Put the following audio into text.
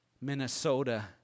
Minnesota